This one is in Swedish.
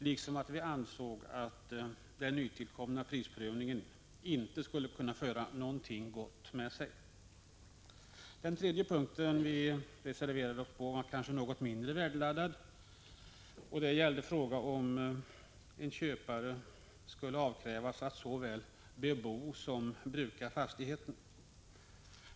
Vi ansåg också att den nytillkomna prisprövningen inte skulle föra något gott med sig. Den tredje punkt vi reserverade oss på var kanske något mindre värdeladdad. Det gällde frågan om en köpare skulle avkrävas att såväl bebo som bruka fastigheten.